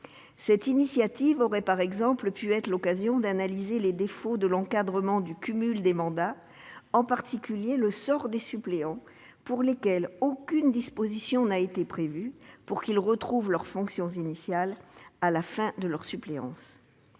Cette initiative aurait par exemple pu être l'occasion d'analyser les défauts de l'encadrement du cumul des mandats, en particulier le sort des suppléants : aucune disposition n'a été prévue pour que ceux-ci retrouvent leurs fonctions initiales à la fin de leur suppléance.